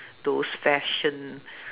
those fashion